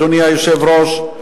אדוני היושב-ראש,